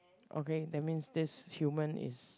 okay that means this human is